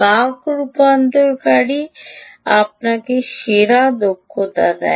বাক রূপান্তরকারী আপনাকে সেরা দক্ষতা দেয়